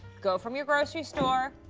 go from your grocery store,